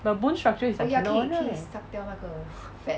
but bone structure is like cannot [one] ah